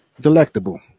Delectable